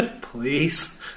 Please